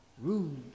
Rude